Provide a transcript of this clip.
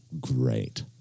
great